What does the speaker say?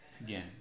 again